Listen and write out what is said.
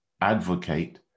advocate